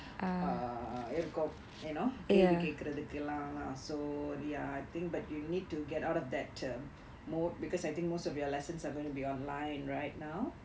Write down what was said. uh இருக்கும்:irukkum you know கேள்வி கேட்குறதக்குலாம்:kelvi ketkurathakkulaam lah so ya I think but you need to get out of that mode because I think most of your lessons are gonna be online right now